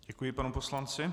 Děkuji panu poslanci.